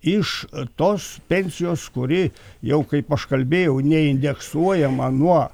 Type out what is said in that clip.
iš tos pensijos kuri jau kaip aš kalbėjau neindeksuojama nuo